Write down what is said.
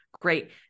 great